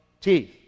teeth